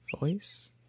voice